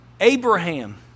Abraham